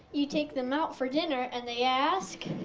you take them out for dinner and they ask?